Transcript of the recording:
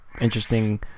interesting